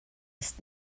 ist